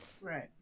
right